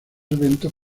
eventos